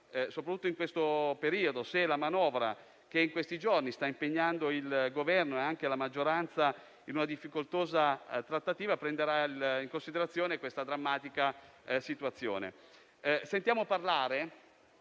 soprattutto in questo periodo, se la manovra che in questi giorni sta impegnando il Governo e la maggioranza in una difficoltosa trattativa prenderà in considerazione questa drammatica situazione. Sentiamo parlare